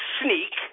sneak